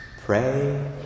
Pray